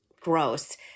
gross